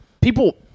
people